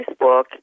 Facebook